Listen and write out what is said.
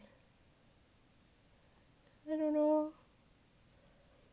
I don't know